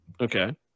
Okay